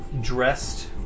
dressed